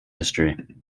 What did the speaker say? history